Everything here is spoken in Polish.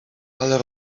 ale